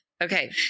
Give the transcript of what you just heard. okay